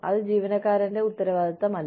അത് ജീവനക്കാരന്റെ ഉത്തരവാദിത്തമല്ല